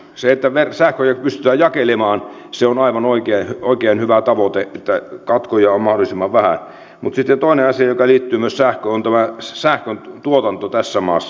se että sähköä pystytään jakelemaan on aivan oikein hyvä tavoite että katkoja on mahdollisimman vähän mutta sitten toinen asia joka liittyy myös sähköön on tämä sähköntuotanto tässä maassa